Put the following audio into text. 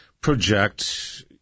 project